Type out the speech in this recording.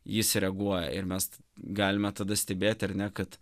jis reaguoja ir mes galime tada stebėti ar ne kad